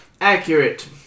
accurate